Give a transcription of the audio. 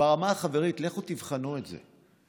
ברמה החברית, לכו תבחנו את זה.